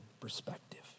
perspective